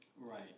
Right